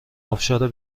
ابشار